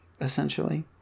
essentially